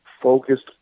focused